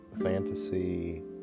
fantasy